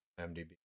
MDB